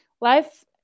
life